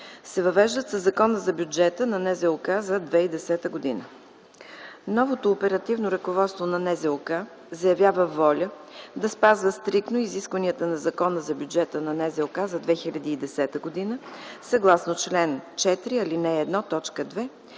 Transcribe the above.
се въвеждат със Закона за бюджета на НЗОК за 2010 г. Новото оперативно ръководство на НЗОК заявява воля да спазва стриктно изискванията на Закона за бюджета на НЗОК за 2010 г. съгласно чл. 4,